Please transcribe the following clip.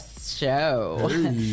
show